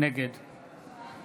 נגד